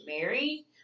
married